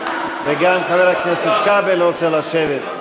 וגם חבר הכנסת כבל רוצה לשבת,